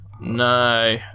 no